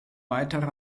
weitere